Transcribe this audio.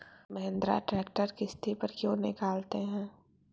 Mahindra tractor किसति पर क्यों निकालते हैं?